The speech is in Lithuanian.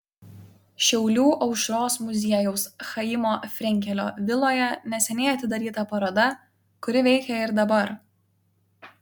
šiaulių aušros muziejaus chaimo frenkelio viloje neseniai atidaryta paroda kuri veikia ir dabar